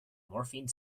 morphine